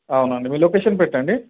అవునా అండి మీ లొకేషన్ పెట్టండి